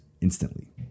instantly